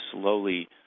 slowly